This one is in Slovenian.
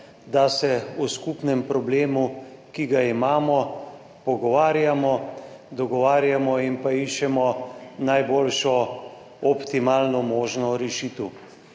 da se o skupnem problemu, ki ga imamo, pogovarjamo, dogovarjamo in iščemo najbolj optimalno možno rešitev.